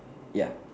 ya